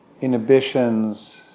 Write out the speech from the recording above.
inhibitions